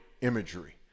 imagery